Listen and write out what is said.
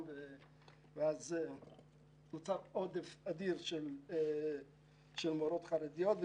ואז נוצר עודף אדיר של מורות חרדיות.